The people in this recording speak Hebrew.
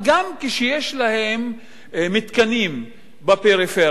גם כשיש להן מתקנים בפריפריה,